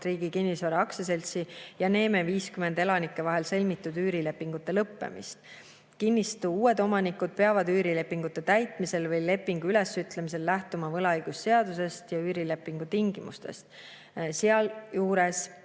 Riigi Kinnisvara Aktsiaseltsi ja Neeme 50 elanike vahel sõlmitud üürilepingute lõppemist. Kinnistu uued omanikud peavad üürilepingute täitmisel või lepingu ülesütlemisel lähtuma võlaõigusseadusest ja üürilepingu tingimustest. Sealjuures